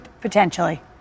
potentially